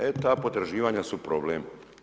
E ta potraživanja su problem.